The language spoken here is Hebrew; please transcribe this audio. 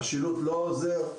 והשילוט לא עוזר.